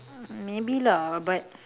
maybe lah but